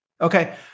Okay